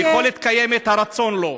היכולת קיימת, הרצון, לא.